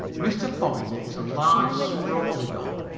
mr. fogerty is a large, sprawly dog,